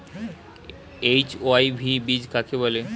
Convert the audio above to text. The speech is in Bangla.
এইচ.ওয়াই.ভি বীজ কাকে বলে?